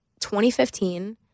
2015